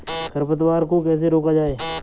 खरपतवार को कैसे रोका जाए?